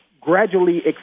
gradually